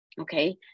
Okay